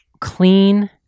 clean